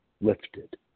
lifted